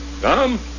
Come